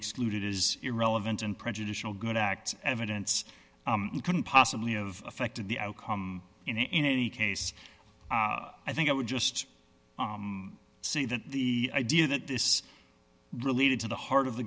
excluded is irrelevant and prejudicial good act evidence couldn't possibly of affected the outcome in any case i think i would just say that the idea that this related to the heart of the